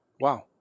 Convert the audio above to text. Wow